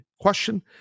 question